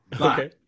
Okay